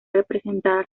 representada